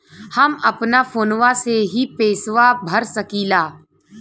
हम अपना फोनवा से ही पेसवा भर सकी ला?